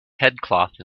headcloth